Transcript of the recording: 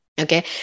Okay